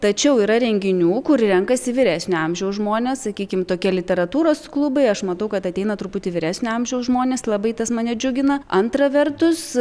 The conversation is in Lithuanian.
tačiau yra renginių kur renkasi vyresnio amžiaus žmonės sakykim tokie literatūros klubai aš matau kad ateina truputį vyresnio amžiaus žmonės labai tas mane džiugina antra vertus